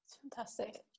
Fantastic